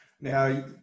Now